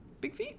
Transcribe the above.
Bigfeet